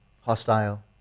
hostile